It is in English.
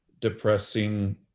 depressing